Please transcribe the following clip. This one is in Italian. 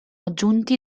aggiunti